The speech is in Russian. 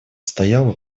стоял